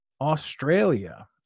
Australia